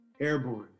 airborne